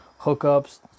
hookups